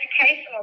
educational